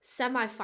semifinal